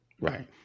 Right